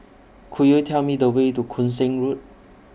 Could YOU Tell Me The Way to Koon Seng Road